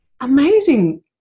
amazing